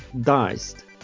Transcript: diced